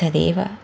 तदेव